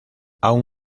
aún